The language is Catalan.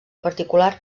particular